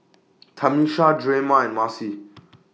Tamisha Drema and Marcie